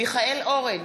מיכאל אורן,